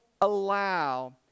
allow